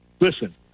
listen